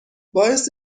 باعث